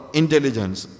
intelligence